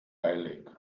eilig